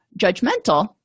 judgmental